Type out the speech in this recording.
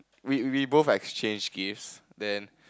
we we both exchanged gifts then